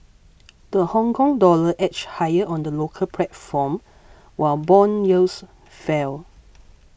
the Hongkong dollar edged higher on the local platform while bond yields fell